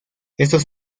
estos